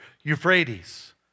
Euphrates